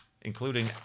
including